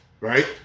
right